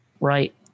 right